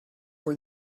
were